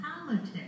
politics